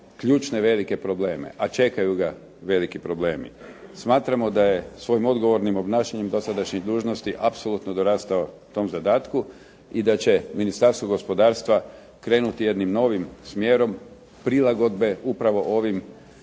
ključne velike probleme, a čekaju ga veliki problemi. Smatramo da je svojim odgovornim obnašanjem dosadašnjih dužnosti apsolutno dorastao tom zadatku i da će Ministarstvo gospodarstva krenuti jednim novim smjerom prilagodbe upravo u ovim